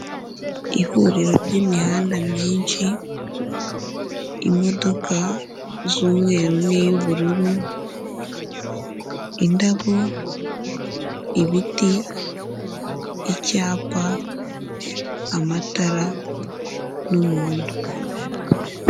Ihuriro ry'imihanda myinshi imodoka z'umweru n'iy'ubururu, indabo, ibiti, icyapa, amatara n'umuntu.